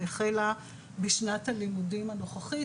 והחלה בשנת הלימודים הנוכחית,